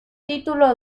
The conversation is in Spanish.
título